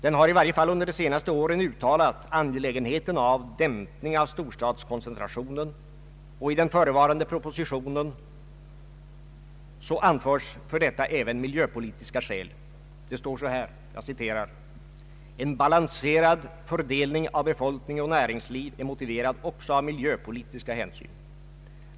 Den har i varje fall under de senaste åren påtalat angelägenheten att dämpa storstadskoncentrationen, och i den förevarande propositionen anförs för detta även miljöpolitiska skäl. Det står så här: ”En balanserad fördelning av befolkning och näringsliv är motiverad också av miljöpolitiska hänsyn.